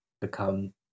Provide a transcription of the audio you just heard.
become